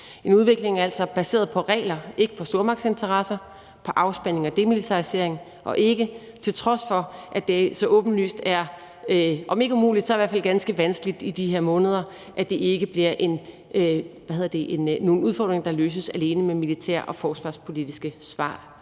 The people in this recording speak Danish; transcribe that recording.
en udvikling, der er baseret på regler og ikke på stormagtsinteresser, men på afspænding og demilitarisering, og det skal – til trods for at det er om ikke umuligt, så i hvert fald ganske vanskeligt i de her måneder – ikke være nogle udfordringer, der løses alene med militære og forsvarspolitiske svar